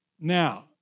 Now